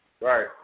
Right